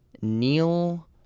Neil